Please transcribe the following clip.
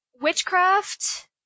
witchcraft